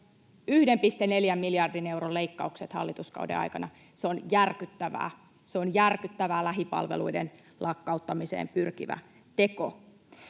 1,4 miljardin euron leikkaukset hallituskauden aikana — se on järkyttävää, se on järkyttävä lähipalveluiden lakkauttamiseen pyrkivä teko.